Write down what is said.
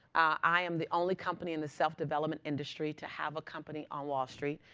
i am the only company in the self-development industry to have a company on wall street.